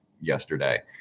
yesterday